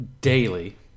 Daily